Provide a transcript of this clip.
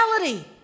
reality